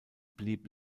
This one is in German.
blieb